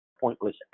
pointless